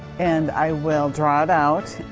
and i will draw it out.